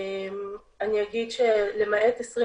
אני אגיד שלמעט 2020,